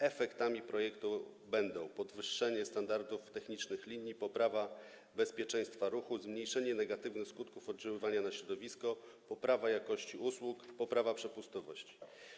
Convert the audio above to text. Efekty projektu będą następujące: podwyższenie standardów technicznych linii, poprawa bezpieczeństwa ruchu, zmniejszenie negatywnych skutków oddziaływania na środowisko, poprawa jakości usług, poprawa przepustowości.